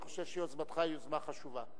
אני חושב שיוזמתך היא יוזמה חשובה.